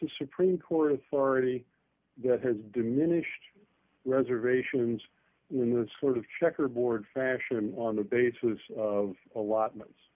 to supreme court authority that has diminished reservations in this sort of checkerboard fashion on the basis of allotments